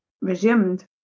resumed